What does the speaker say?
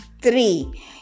three